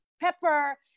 pepper